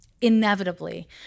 inevitably